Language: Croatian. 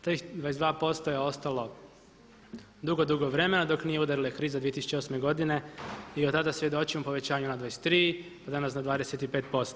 Tih 22% je ostalo dugo, dugo vremena dok nije udarila kriza 2008. godine i od tada svjedočim povećanju na 23, a danas na 25%